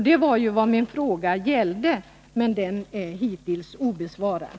Det var ju vad min fråga gällde, men den är givetvis obesvarad.